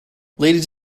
ladies